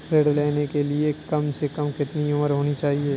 ऋण लेने के लिए कम से कम कितनी उम्र होनी चाहिए?